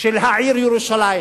של העיר ירושלים,